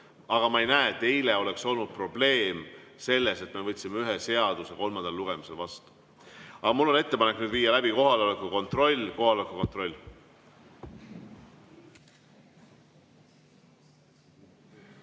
Aga ma ei näe, et eile oleks olnud probleem selles, et me võtsime ühe seaduse kolmandal lugemisel vastu. Aga mul on ettepanek nüüd viia läbi kohaloleku kontroll. Kohaloleku kontroll.